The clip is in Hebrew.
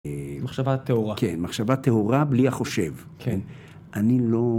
מחשבה טהורה. כן, מחשבה טהורה בלי החושב. כן.